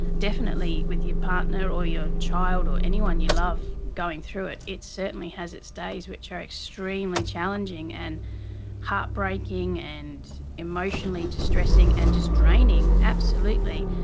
definitely with your partner or your child or anyone you love going through it, it certainly has its days which are extremely challenging and heartbreaking and emotionally distressing and just draining, absolutely,